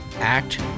act